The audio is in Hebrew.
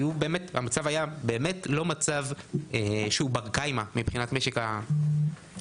המצב באמת לא היה מצב שהוא בר קיימא מבחינת משק הבריאות,